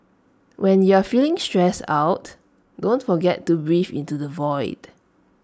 when you are feeling stressed out don't forget to breathe into the void